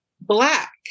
Black